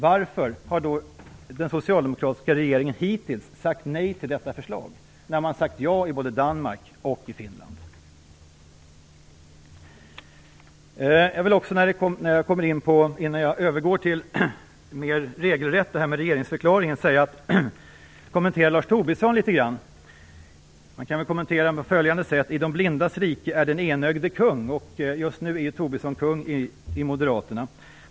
Varför har då den socialdemokratiska regeringen hittills sagt nej till detta förslag när man har sagt ja i både Danmark och Innan jag mer regelrätt övergår till att tala om regeringsförklaringen vill jag litet grand kommentera det Lars Tobisson sade. Det kan jag kommentera på följande sätt: I de blindas rike är den enögde kung. Just nu är Tobisson kung hos Moderaterna.